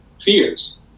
fears